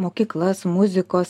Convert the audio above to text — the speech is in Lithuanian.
mokyklas muzikos